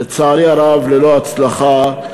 לצערי הרב, ללא הצלחה.